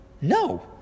No